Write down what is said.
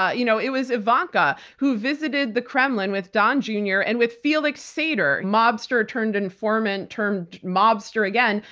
ah you know it was ivanka who visited the kremlin with don jr. and with felix sater, mobster turned informant turned mobster again.